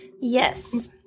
Yes